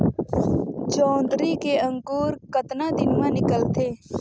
जोंदरी के अंकुर कतना दिन मां निकलथे?